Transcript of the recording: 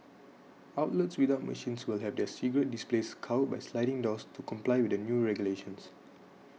outlets without machines will have their cigarette displays covered by sliding doors to comply with the new regulations